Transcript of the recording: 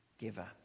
giver